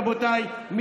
רבותיי,